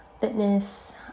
fitness